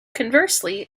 conversely